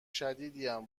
شدیدیم